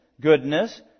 goodness